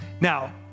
Now